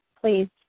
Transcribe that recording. please